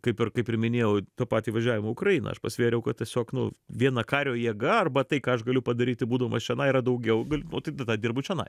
kaip ir kaip ir minėjau tą patį važiavimą į ukrainą aš pasvėriau kad tiesiog nu viena kario jėga arba tai ką aš galiu padaryti būdamas čionai yra daugiau galiu nu tai tada dirbu čionai